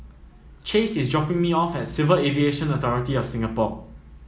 Chase is dropping me off at Civil Aviation Authority of Singapore